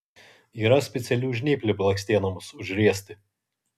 yra specialių žnyplių blakstienoms užriesti